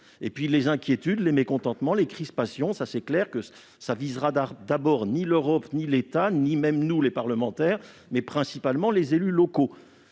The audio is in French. Et les inquiétudes, les mécontentements, les crispations ne viseront d'abord ni l'Europe, ni l'État, ni même nous, parlementaires, mais principalement les élus locaux.